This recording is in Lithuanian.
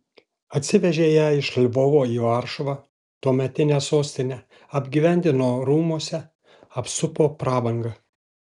atsivežė ją iš lvovo į varšuvą tuometinę sostinę apgyvendino rūmuose apsupo prabanga